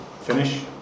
finish